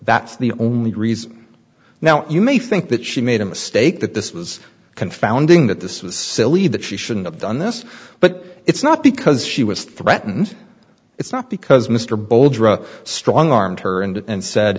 that's the only reason now you may think that she made a mistake that this was confounding that this was silly that she shouldn't have done this but it's not because she was threatened it's not because mr bowles rather strong armed her and said